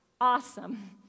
awesome